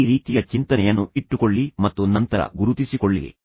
ಈ ರೀತಿಯ ಚಿಂತನೆಯನ್ನು ಇಟ್ಟುಕೊಳ್ಳಿ ಮತ್ತು ನಂತರ ಗುರುತಿಸಿಕೊಳ್ಳಿರಿ